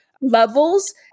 levels